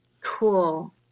Cool